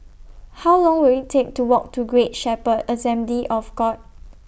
How Long Will IT Take to Walk to Great Shepherd Assembly of God